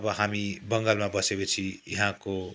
अब हामी बङ्गालमा बसेपछि यहाँको